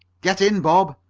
get in, bob,